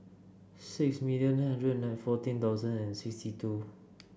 six million nine hundred and fourteen thousand and sixty two